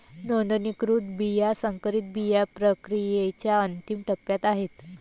नोंदणीकृत बिया संकरित बिया प्रक्रियेच्या अंतिम टप्प्यात आहेत